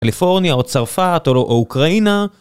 קליפורניה או צרפת או לא אוקראינה